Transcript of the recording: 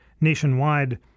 nationwide